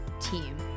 team